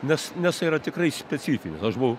nes nes yra tikrai specifinė aš buvau